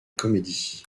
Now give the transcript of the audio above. comédie